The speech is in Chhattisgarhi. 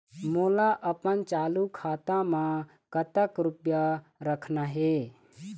मोला अपन चालू खाता म कतक रूपया रखना हे?